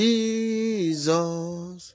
Jesus